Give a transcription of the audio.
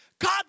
God